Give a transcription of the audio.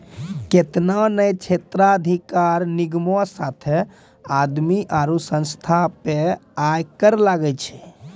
केतना ने क्षेत्राधिकार निगमो साथे आदमी आरु संस्था पे आय कर लागै छै